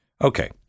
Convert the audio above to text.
Okay